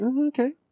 Okay